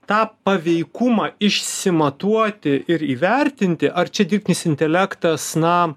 tą paveikumą išsimatuoti ir įvertinti ar čia dirbtinis intelektas na